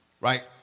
right